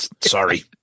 Sorry